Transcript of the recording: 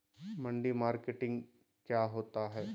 मंडी मार्केटिंग क्या होता है?